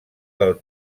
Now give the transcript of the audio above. del